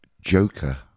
Joker